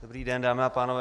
Dobrý den, dámy a pánové.